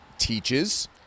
teaches